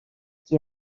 qui